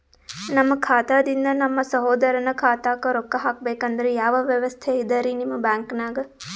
ನಮ್ಮ ಖಾತಾದಿಂದ ನಮ್ಮ ಸಹೋದರನ ಖಾತಾಕ್ಕಾ ರೊಕ್ಕಾ ಹಾಕ್ಬೇಕಂದ್ರ ಯಾವ ವ್ಯವಸ್ಥೆ ಇದರೀ ನಿಮ್ಮ ಬ್ಯಾಂಕ್ನಾಗ?